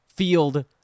field